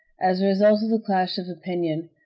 as a result of the clash of opinion,